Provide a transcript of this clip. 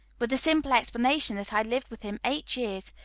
with the simple explanation that i lived with him eight years,